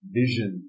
vision